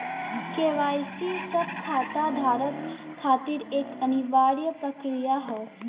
KYC सब खाता धारक खातिर एक अनिवार्य प्रक्रिया हौ